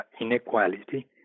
inequality